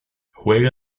juega